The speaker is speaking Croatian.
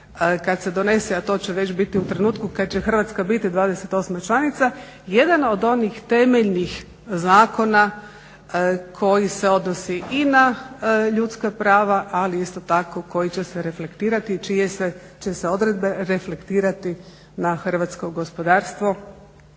kad se donese, a to će već biti u trenutku kad će Hrvatska biti 28. članica, jedan od onih temeljnih zakona koji se odnosi i na ljudska prava, ali isto tako koji će se reflektirati i čije će se odredbe reflektirati na hrvatsko gospodarstvo.